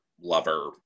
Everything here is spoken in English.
lover